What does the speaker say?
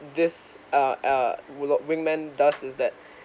this uh uh will all wing man does is that